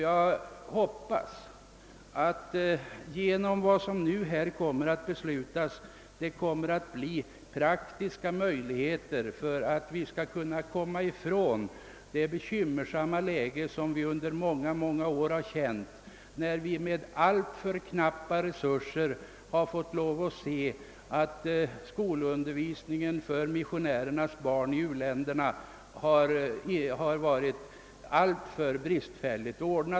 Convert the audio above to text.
Jag hoppas att dagens beslut kommer att betyda praktiska möjligheter att komma ifrån det bekymmersamma läge som vi under många år befunnit oss i, när vi med alltför knappa resurser har måst finna oss i att skolundervisningen för missionärernas barn i u-länderna varit alltför bristfällig.